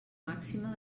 màxima